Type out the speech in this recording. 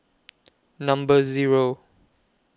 Number Zero